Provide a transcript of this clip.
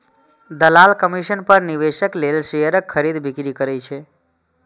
दलाल कमीशन पर निवेशक लेल शेयरक खरीद, बिक्री करै छै